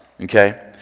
Okay